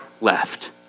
left